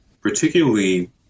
particularly